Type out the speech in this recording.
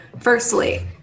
Firstly